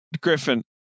Griffin